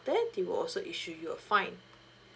there they will also issue you a fine